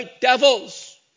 devils